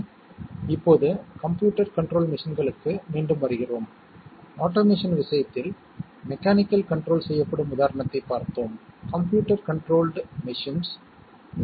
2வது வரிசையில் நம்மிடம் A 1 B 1 மற்றும் C 0 உள்ளது அவற்றின் கூட்டல் 2 ஐக் கொடுக்கும் இது பைனரியில் 10 கேரி 1 ஆக இருக்கும் சம் 0 ஆக இருக்கும்